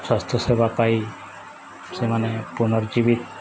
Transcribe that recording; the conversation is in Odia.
ସ୍ୱାସ୍ଥ୍ୟ ସେବା ପାଇ ସେମାନେ ପୁନର୍ଜୀବିତ